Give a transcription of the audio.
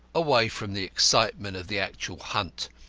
away from the excitement of the actual hunt,